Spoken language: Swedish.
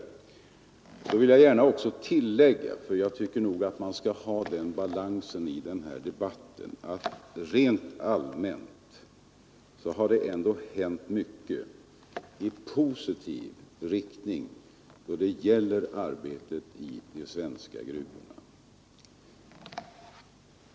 Jag vill gärna också tillägga, för jag tycker man skall ha den balansen i den här debatten, att rent allmänt har det ändå hänt mycket i positiv riktning då det gäller arbetet i de svenska gruvorna.